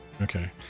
Okay